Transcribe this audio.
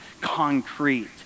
concrete